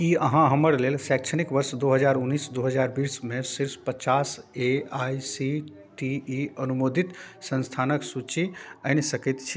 कि अहाँ हमर लेल शैक्षणिक वर्ष दुइ हजार उनैस दुइ हजार बीसमे शीर्ष पचास A I C T E अनुमोदित सँस्थानके सूची आनि सकैत छी